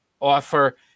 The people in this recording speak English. offer